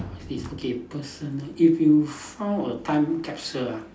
what's this personal if you found a time capsule ah